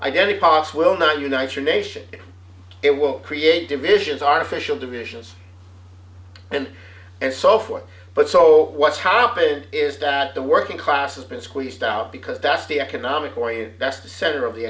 pos will know united nation it will create divisions artificial divisions and and so forth but so what's happened is that the working class has been squeezed out because that's the economic point that's the center of the